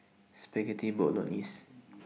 Spaghetti Bolognese